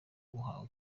uhawe